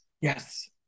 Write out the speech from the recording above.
Yes